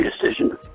decision